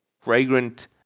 fragrant